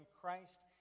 Christ